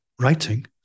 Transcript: writing